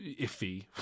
iffy